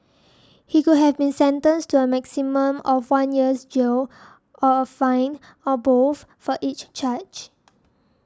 he could have been sentenced to a maximum of one year's jail or a fine or both for each charge